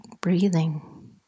breathing